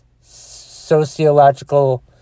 sociological